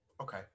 Okay